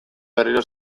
berriro